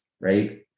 Right